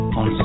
on